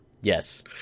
Yes